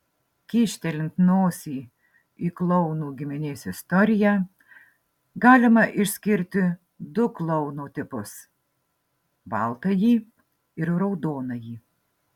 kyštelint nosį į klounų giminės istoriją galima išskirti du klouno tipus baltąjį ir raudonąjį